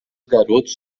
garotos